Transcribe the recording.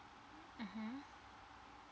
mmhmm